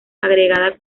agregada